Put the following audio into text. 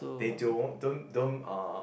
they don't don't don't uh